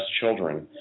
children